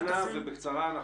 אנא, אבל בקצרה.